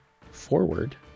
forward